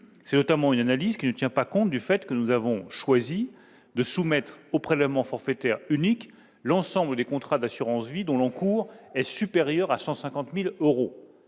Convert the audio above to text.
ne tient notamment pas compte du fait que nous avons choisi de soumettre au prélèvement forfaitaire unique l'ensemble des contrats d'assurance vie dont l'encours est supérieur à 150 000 euros.